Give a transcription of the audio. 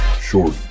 short